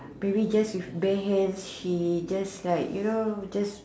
maybe theirs is bare hand she just like you know just